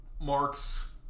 Marks